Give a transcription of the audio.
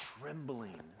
trembling